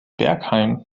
bergheim